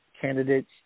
candidates